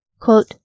Quote